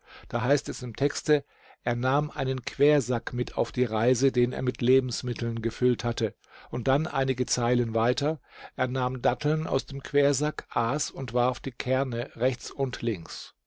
da heißt es im texte er nahm einen quersack mit auf die reise den er mit lebensmitteln gefüllt hatte und dann einige zeilen weiter er nahm datteln aus dem quersack aß und warf die kerne rechts und links